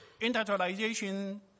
industrialization